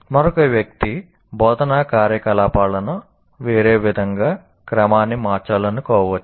మరొక వ్యక్తి బోధనా కార్యకలాపాలను వేరే విధంగా క్రమాన్ని మార్చాలనుకోవచ్చు